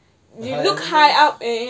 the high elements